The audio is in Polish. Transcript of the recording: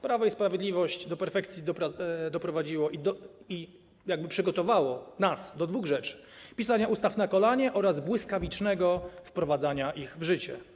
Prawo i Sprawiedliwość do perfekcji doprowadziło - i przygotowało nas do tego - dwie rzeczy: pisanie ustaw na kolanie oraz błyskawiczne wprowadzanie ich w życie.